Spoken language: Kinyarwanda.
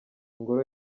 ngoro